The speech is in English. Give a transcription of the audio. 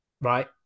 right